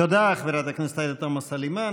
תודה, חברת הכנסת עאידה תומא סלימאן.